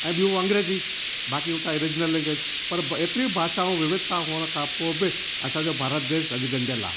ऐं ॿियूं अंग्रेज़ी बाक़ी हुतां जी रिजनल लैंग्वेज पर एतिरी भाषाऊं विविधता हुअण खां पोइ बि असांजो भारत देश अॼु गंढियलु आहे